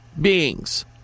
beings